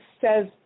says